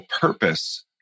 purpose